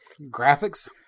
Graphics